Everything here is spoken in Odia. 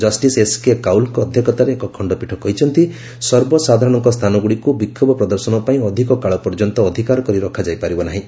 ଜଷ୍ଟିସ ଏସ୍କେ କଉଲ୍ଙ୍କ ଅଧ୍ୟକ୍ଷତାରେ ଏକ ଖଣ୍ଡପୀଠ କହିଛନ୍ତି ସର୍ବସାଧାରଣଙ୍କ ସ୍ଥାନଗୁଡ଼ିକୁ ବିକ୍ଷୋଭ ପ୍ରଦର୍ଶନ ପାଇଁ ଅଧିକ କାଳ ପର୍ଯ୍ୟନ୍ତ ଅଧିକାର କରି ରଖାଯାଇପାରିବ ନାହିଁ